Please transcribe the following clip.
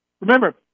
Remember